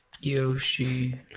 Yoshi